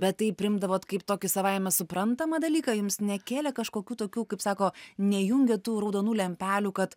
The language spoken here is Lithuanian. bet tai priimdavot kaip tokį savaime suprantamą dalyką jums nekėlė kažkokių tokių kaip sako nejungia tų raudonų lempelių kad